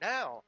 Now